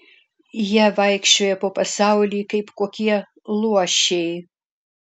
jie vaikščioja po pasaulį kaip kokie luošiai